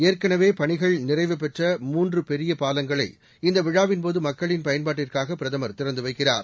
ஏற்கனவே பணிகள் நிறைவுபெற்ற மூன்று பெரிய பாலங்கள் இந்த விழாவின்போது மக்களின் பயன்பாட்டுக்காக பிரதமர் திறந்து வைக்கிறார்